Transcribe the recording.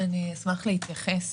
אשמח להתייחס.